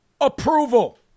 approval